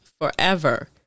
forever